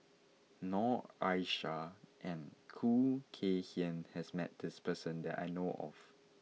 Noor Aishah and Khoo Kay Hian has met this person that I know of